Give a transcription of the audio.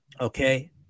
Okay